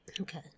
Okay